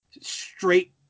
straight